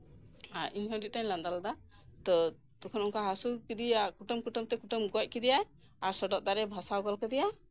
ᱟᱨ ᱤᱧᱦᱚᱸ ᱟᱸᱰᱤ ᱟᱸᱴ ᱞᱟᱸᱫᱟ ᱞᱮᱫᱟ ᱛᱳ ᱚᱱᱠᱟ ᱦᱟᱹᱥᱩ ᱠᱮᱫᱮᱭᱟ ᱠᱩᱴᱟᱹ ᱠᱩᱴᱟᱹᱢ ᱛᱮ ᱠᱩᱴᱟᱹᱢ ᱜᱚᱡ ᱠᱮᱫᱮᱭᱟᱭ ᱟᱨ ᱥᱚᱰᱚᱜ ᱫᱟᱜ ᱨᱮ ᱟᱹᱛᱩ ᱠᱟᱫᱮᱭᱟᱭ